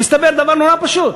מסתבר דבר נורא פשוט.